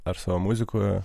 ar savo muzikoje